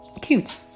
cute